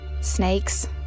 Snakes